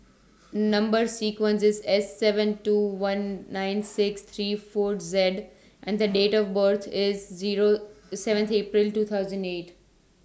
Number sequence IS S seven two one nine six three four Z and The Date of birth IS Zero seventy April two thousand eight